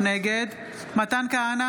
נגד מתן כהנא, נגד